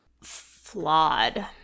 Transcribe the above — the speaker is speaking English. Flawed